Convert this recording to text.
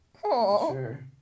Sure